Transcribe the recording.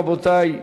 רבותי,